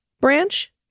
branch